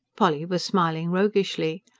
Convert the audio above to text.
polly was smiling roguishly.